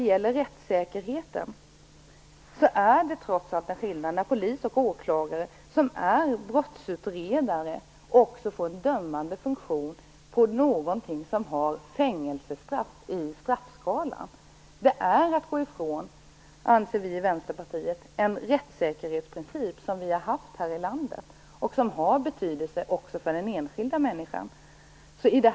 Vad gäller rättssäkerheten vill jag säga att det trots allt är en annan sak när polis och åklagare, som är brottsutredare, också får en dömande funktion vad beträffar brott för vilka brottslingen kan dömas till fängelsestraff. Vi i Vänsterpartiet anser att det är att gå ifrån en rättssäkerhetsprincip som vi har haft här i landet och som har betydelse också för den enskilda människan.